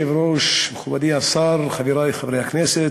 כבוד היושב-ראש, מכובדי השר, חברי חברי הכנסת,